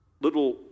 little